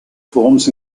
forms